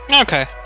Okay